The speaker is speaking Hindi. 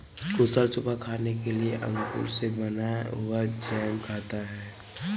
कुशल सुबह खाने में अंगूर से बना हुआ जैम खाता है